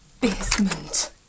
Basement